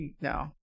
No